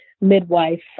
midwife